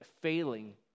failing